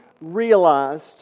realized